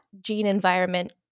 gene-environment